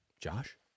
Josh